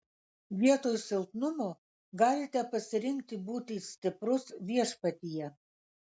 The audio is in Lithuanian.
vietoj silpnumo galite pasirinkti būti stiprus viešpatyje